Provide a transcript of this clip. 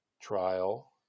trial